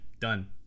done